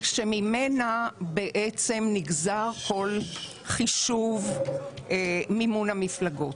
שממנה בעצם נגזר כל חישוב מימון המפלגות.